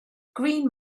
green